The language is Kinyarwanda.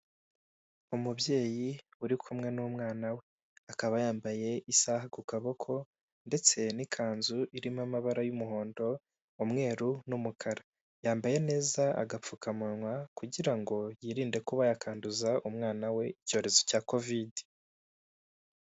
Umubyeyi uri kumwe n'umwana we, akaba yambaye isaha ku kaboko ndetse n'ikanzu irimo amabara y'umuhondo, umweru n'umukara, yambaye neza agapfukamunwa kugira ngo yirinde kuba yakwanduza umwana we icyorezo cya covide.